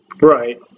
Right